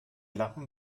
lappen